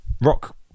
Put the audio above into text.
rock